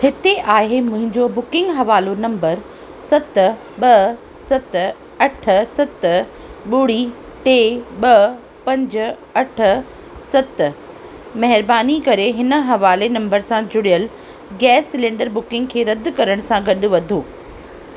हिते आहे मुंहिंजो बुकिंग हवालो नंबर सत ॿ सत अठ सत ॿुड़ी टे ॿ पंज अठ सत महिरबानी करे हिन हवाले नंबर सां जुड़ियल गैस सिलैंडर बुकिंग खे रद्द करण सां गॾु वधो